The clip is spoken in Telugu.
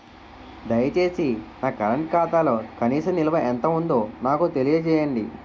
దయచేసి నా కరెంట్ ఖాతాలో కనీస నిల్వ ఎంత ఉందో నాకు తెలియజేయండి